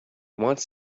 wants